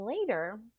later